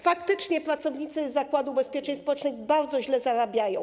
Faktycznie pracownicy Zakładu Ubezpieczeń Społecznych bardzo źle zarabiają.